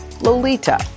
Lolita